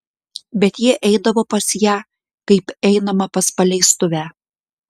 bet jie eidavo pas ją kaip einama pas paleistuvę